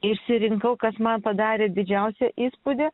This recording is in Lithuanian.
išsirinkau kas man padarė didžiausią įspūdį